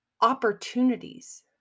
opportunities